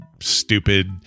stupid